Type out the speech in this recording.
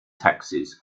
taxes